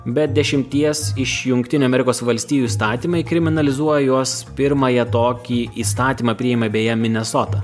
bet dešimties iš jungtinių amerikos valstijų įstatymai kriminalizuoja juos pirmąją tokį įstatymą priemė beje minesota